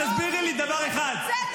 תסבירי לי דבר אחד,